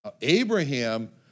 Abraham